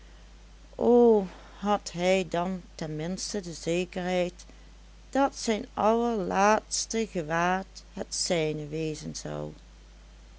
o had hij dan ten minste de zekerheid dat zijn allerlaatste gewaad het zijne wezen zou